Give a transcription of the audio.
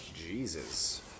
Jesus